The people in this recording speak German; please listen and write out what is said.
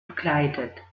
begleitet